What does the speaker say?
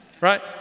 Right